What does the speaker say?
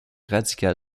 radical